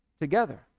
together